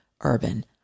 urban